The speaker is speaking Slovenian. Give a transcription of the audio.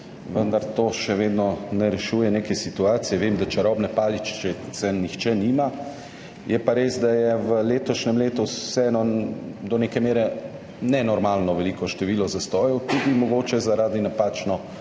vendar to še vedno ne rešuje neke situacije. Vem, da čarobne paličice nima nihče, je pa res, da je v letošnjem letu vseeno do neke mere nenormalno veliko število zastojev, tudi mogoče zaradi napačno